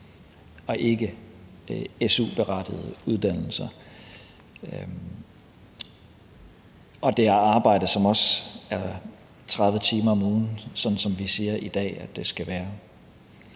og ikke su-berettigede uddannelser, og at det er arbejde, som også er 30 timer om ugen, sådan som vi i dag siger det skal være.